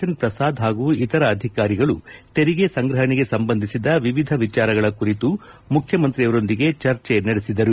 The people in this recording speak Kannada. ಎನ್ ಪ್ರಸಾದ್ ಹಾಗೂ ಇತರ ಅಧಿಕಾರಿಗಳು ತೆರಿಗೆ ಸಂಗ್ರಹಣೆಗೆ ಸಂಬಂಧಿಸಿದ ವಿವಿಧ ವಿಚಾರಗಳ ಕುರಿತು ಮುಖ್ಯಮಂತ್ರಿಯವರೊಂದಿಗೆ ಚರ್ಚೆ ನಡೆಸಿದರು